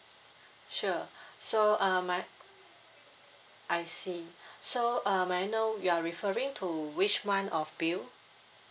sure so uh may I see so um may I know you are referring to which month of bill